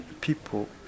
people